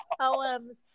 poems